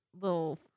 little